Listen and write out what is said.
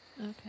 Okay